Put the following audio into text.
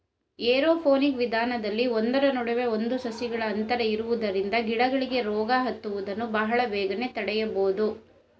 aeroponic ವಿಧಾನದಲ್ಲಿ ಒಂದರ ನಡುವೆ ಒಂದು ಸಸಿಗಳ ಅಂತರ ಇರುವುದರಿಂದ ಗಿಡಗಳಿಗೆ ರೋಗ ಹತ್ತುವುದನ್ನು ಬಹಳ ಬೇಗನೆ ತಡೆಯಬೋದು